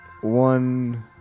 one